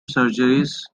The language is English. surgeries